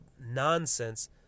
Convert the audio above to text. nonsense